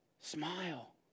Smile